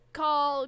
call